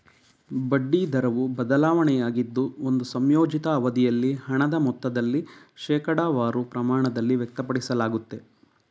ಬಡ್ಡಿ ದರವು ಬದಲಾವಣೆಯಾಗಿದ್ದು ಒಂದು ಸಂಯೋಜಿತ ಅವಧಿಯಲ್ಲಿ ಹಣದ ಮೊತ್ತದಲ್ಲಿ ಶೇಕಡವಾರು ಪ್ರಮಾಣದಲ್ಲಿ ವ್ಯಕ್ತಪಡಿಸಲಾಗುತ್ತೆ